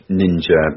ninja